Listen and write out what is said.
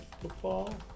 football